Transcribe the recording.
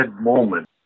moment